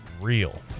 real